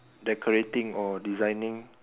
decorating or designing